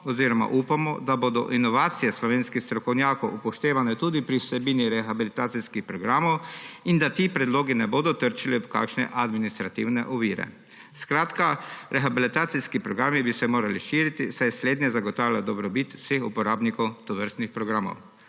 Upamo, da bodo inovacije slovenskih strokovnjakov upoštevane tudi pri vsebini rehabilitacijskih programov in da ti predlogi ne bodo trčili ob kakšne administrativne ovire. Skratka, rehabilitacijski programi bi se morali širiti, saj slednje zagotavlja dobrobit vseh uporabnikov tovrstnih programov.